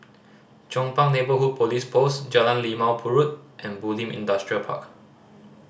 Chong Pang Neighbourhood Police Post Jalan Limau Purut and Bulim Industrial Park